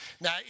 Now